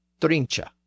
trincha